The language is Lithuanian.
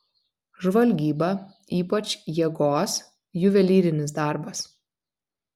žvalgyba ypač jėgos juvelyrinis darbas